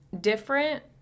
different